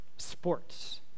sports